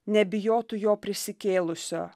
nebijotų jo prisikėlusio